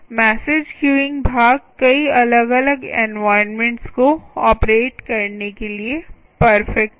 message queuing भाग कई अलग अलग एन्वाइरन्मेंट्स को ऑपरेट करने के लिए परफेक्ट है